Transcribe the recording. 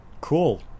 Cool